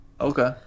okay